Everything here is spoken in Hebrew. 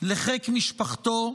לחיק משפחתו,